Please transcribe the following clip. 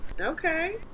Okay